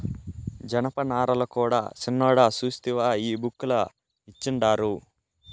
జనపనారల కూడా సిన్నోడా సూస్తివా ఈ బుక్ ల ఇచ్చిండారు